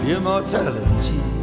immortality